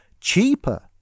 cheaper